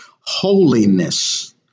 Holiness